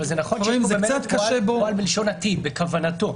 -- אם בכוונתו,